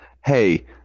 hey